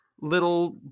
little